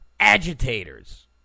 agitators